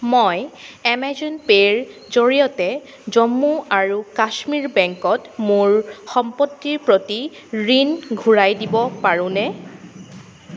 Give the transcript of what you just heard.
মই এমেজন পে'ৰ জৰিয়তে জম্মু আৰু কাশ্মীৰ বেংকত মোৰ সম্পত্তিৰ প্ৰতি ঋণ ঘূৰাই দিব পাৰোনে